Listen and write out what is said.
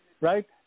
right